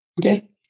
Okay